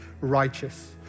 righteous